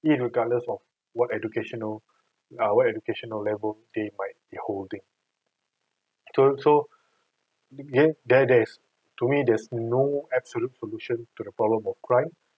irregardless of what educational uh what educational level they might they holding so so th~ eh there's there's to me there's no absolute solution to the problem of crime